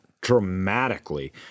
dramatically